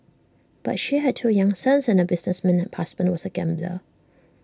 but she had two young sons and her businessman husband was A gambler